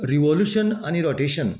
revolution आनी rotation